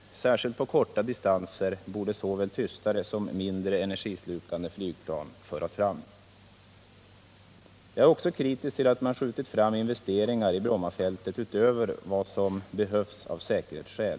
Särskilt på korta distanser borde såväl tystare som mindre energislukande flygplan föras fram. Jag är också kritisk till att man skjutit fram investeringar i Brommafältet utöver vad som behövs av säkerhetsskäl.